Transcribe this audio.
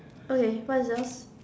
okay what is yours